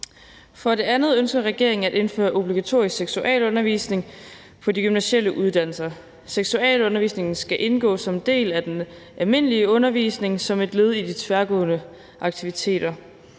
For det andet ønsker regeringen at indføre obligatorisk seksualundervisning på de gymnasiale uddannelser. Seksualundervisningen skal indgå som del af den almindelige undervisning, som et led i de tværgående aktiviteter.